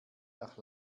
nach